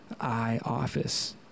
iOffice